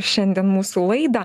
šiandien mūsų laidą